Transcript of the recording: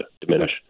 diminish